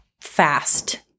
fast